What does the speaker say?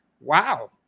Wow